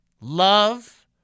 Love